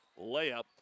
layup